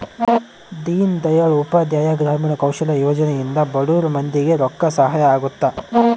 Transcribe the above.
ದೀನ್ ದಯಾಳ್ ಉಪಾಧ್ಯಾಯ ಗ್ರಾಮೀಣ ಕೌಶಲ್ಯ ಯೋಜನೆ ಇಂದ ಬಡುರ್ ಮಂದಿ ಗೆ ರೊಕ್ಕ ಸಹಾಯ ಅಗುತ್ತ